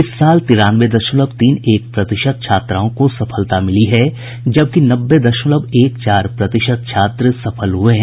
इस साल तिरानवे दशमलव तीन एक प्रतिशत छात्राओं को सफलता मिली है जबकि नब्बे दशमलव एक चार प्रतिशत छात्र सफल हुये हैं